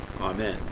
Amen